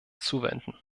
zuwenden